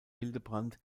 hildebrand